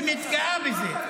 ומתגאה בזה.